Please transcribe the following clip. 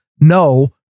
no